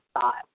thought